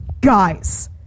Guys